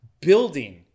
building